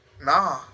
Nah